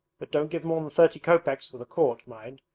but don't give more than thirty kopeks for the quart, mind,